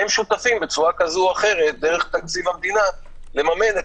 הם שותפים בצורה כזאת או אחרת דרך תקציב המדינה למממן את